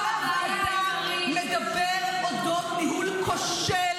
הסרטון מהוועדה מדבר אודות ניהול כושל